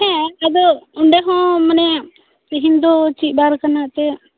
ᱦᱮᱸ ᱟᱫᱚ ᱚᱸᱰᱮ ᱦᱚ ᱢᱟᱱᱮ ᱸ ᱛᱮᱦᱮᱧ ᱫᱚ ᱪᱮᱫ ᱵᱟᱨ ᱠᱟᱱᱟ ᱮᱱᱛᱮᱫ